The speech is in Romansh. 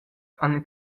han